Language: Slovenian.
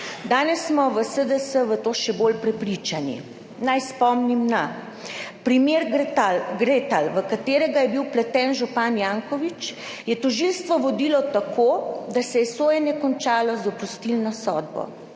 Danes smo v SDS v to še bolj prepričani. Naj spomnim, primer Gratel, v katerega je bil vpleten župan Janković, je tožilstvo vodilo tako, da se je sojenje končalo z oprostilno sodbo.